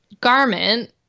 garment